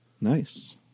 Nice